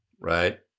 right